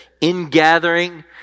ingathering